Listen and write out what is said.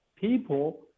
people